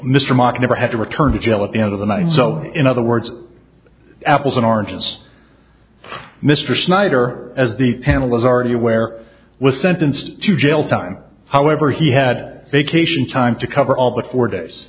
mr mock never had to return to jail at the end of the night so in other words apples and oranges mr snyder as the panel was already aware was sentenced to jail time however he had vacation time to cover all but four days